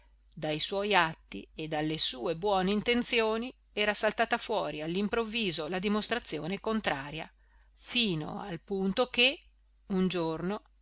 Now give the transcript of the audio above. dai suoi atti e dalle sue buone intenzioni era saltata fuori all'improvviso la dimostrazione contraria fino al punto che un giorno